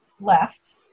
left